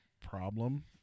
problem